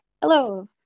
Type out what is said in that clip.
Hello